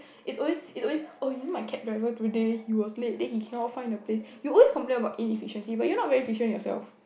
it's always it's always oh you know my cab driver today he was late then he cannot find the place you always complain about inefficiency but you are not very efficient yourself